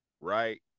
right